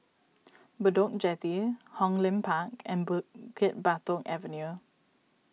Bedok Jetty Hong Lim Park and Bukit Batok Avenue